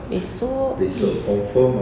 besok is